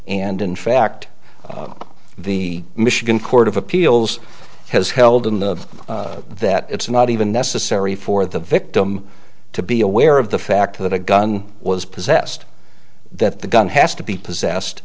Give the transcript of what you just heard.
and in fact the michigan court of appeals has held in the that it's not even necessary for the victim to be aware of the fact that a gun was possessed that the gun has to be possessed